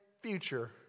future